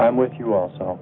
i'm with you also